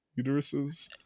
uteruses